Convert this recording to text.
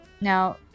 now